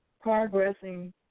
progressing